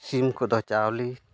ᱥᱤᱢ ᱠᱚᱫᱚ ᱪᱟᱣᱞᱮ